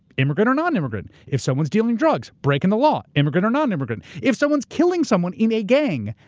immigrant or non-immigrant. if someone's dealing drugs, breaking the law. immigrant or non-immigrant. if someone's killing someone in a gang,